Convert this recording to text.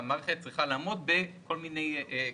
והמערכת צריכה לעמוד בכל מיני קריטריונים.